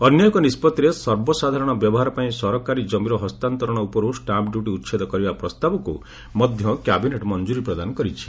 ଅନ୍ୟ ଏକ ନିଷ୍ପଭିରେ ସର୍ବସାଧାରଣ ବ୍ୟବହାର ପାଇଁ ସରକାରୀ ଜମିର ହସ୍ତାନ୍ତରଣ ଉପରୁ ଷ୍ଟାମ୍ପ୍ ଡ୍ୟୁଟି ଉଚ୍ଛେଦ କରିବା ପ୍ରସ୍ତାବକୁ ମଧ୍ୟ କ୍ୟାବିନେଟ୍ ମଫ୍କୁରୀ ପ୍ରଦାନ କରିଛି